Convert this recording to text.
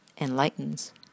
enlightens